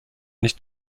nicht